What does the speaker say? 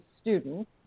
student